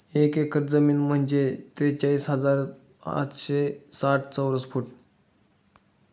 एक एकर जमीन म्हणजे त्रेचाळीस हजार पाचशे साठ चौरस फूट